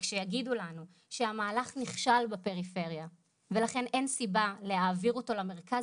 כשיגידו לנו שהמהלך נכשל בפריפריה ולכן אין סיבה להעביר אותו למרכז,